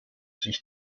sich